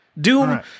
Doom